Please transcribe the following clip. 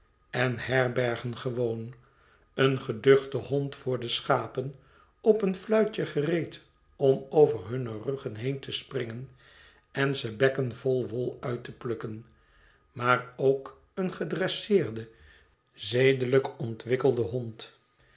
en herbergen gewoon een geduchte hond voor de schapen op een fluitje gereed om over hunne ruggen heen te springen en ze bekken vol wol uit te plukken maar ook een gedresseerde zedelijk ontwikkelde hond